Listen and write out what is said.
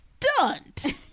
stunt